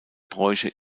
bräuche